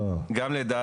חושב